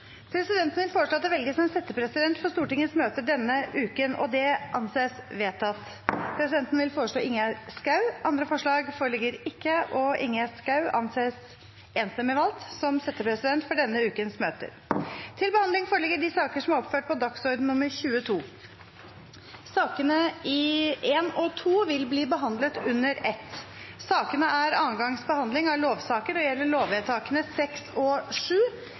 Presidenten vil foreslå at det velges en settepresident for Stortingets møter denne uken. – Det anses vedtatt. Presidenten vil foreslå Ingjerd Schou. – Andre forslag foreligger ikke, og Ingjerd Schou anses enstemmig valgt som settepresident for denne ukens møter. Sakene nr. 1 og 2 vil bli behandlet under ett. Ingen har bedt om ordet. Etter ønske fra næringskomiteen vil presidenten ordne debatten slik: Den fordelte taletid blir begrenset til 1 time og